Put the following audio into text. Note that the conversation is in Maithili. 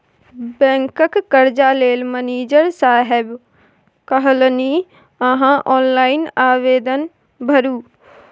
बैंकक कर्जा लेल मनिजर साहेब कहलनि अहॅँ ऑनलाइन आवेदन भरू